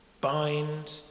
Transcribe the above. Bind